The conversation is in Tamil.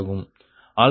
2020 8